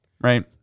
right